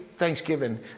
thanksgiving